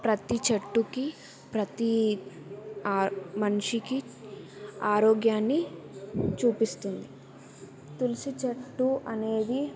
ప్రతి చెట్టుకి ప్రతి ఆ మనిషికి ఆరోగ్యాన్ని చూపిస్తుంది తులసి చెట్టు అనేది